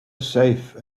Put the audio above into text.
safe